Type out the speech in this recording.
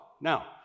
Now